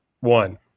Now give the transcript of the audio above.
one